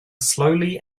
slowly